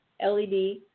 LED